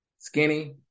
Skinny